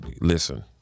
listen